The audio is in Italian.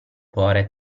cuor